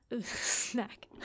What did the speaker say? Snack